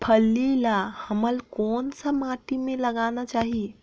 फल्ली ल हमला कौन सा माटी मे लगाना चाही?